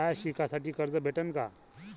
शाळा शिकासाठी कर्ज भेटन का?